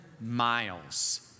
miles